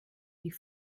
die